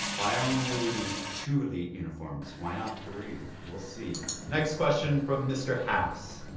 why only two elite uniforms? why not three? we'll see. next question from mr. halfs.